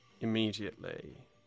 immediately